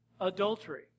adultery